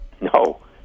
No